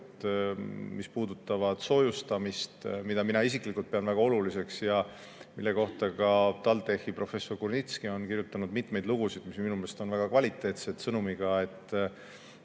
mis puudutavad soojustamist. Mina isiklikult pean seda väga oluliseks ja selle kohta on ka TalTechi professor Kurnitski kirjutanud mitmeid lugusid, mis minu meelest on väga kvaliteetsed, sõnumiga: